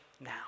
now